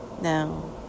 now